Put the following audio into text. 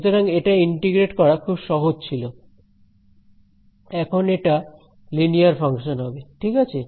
সুতরাং এটা ইন্টিগ্রেট করা খুব সহজ ছিল এখন এটা লিনিয়ার ফাংশন হবে ঠিক আছে